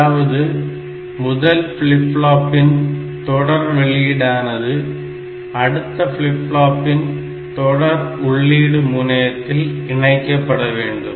அதாவது முதல் ஃப்ளிப் ஃப்ளாப்பின் தொடர் வெளியீடானது அடுத்த ஃபிளிப் ஃபிளாப்பின் தொடர் உள்ளீடு முனையத்தில் இணைக்கப்பட வேண்டும்